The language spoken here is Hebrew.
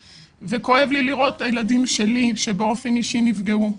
וכואב לי לראות את הילדים שלי שבאופן אישי נפגעו.